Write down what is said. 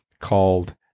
called